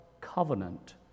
covenant